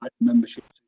membership